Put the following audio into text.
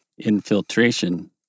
infiltration